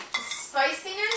spiciness